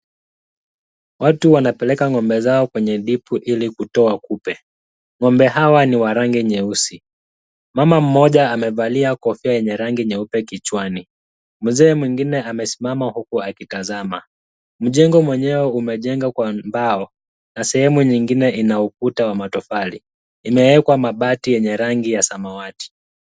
Watu wanapeleka ng'ombe zao kwenye dip ili kutoa kupe. Ng'ombe hawa ni wa rangi nyeusi. Mama mmoja amevalia kofia yenye rangi nyeupe kichwani. Mzee mwingine amesimama huku akitazama. Mjengo wenyewe umejengwa kwa mbao na sehemu nyingine ina ukuta wa matofali. Imeekwa mabati yenye rangi ya samawati.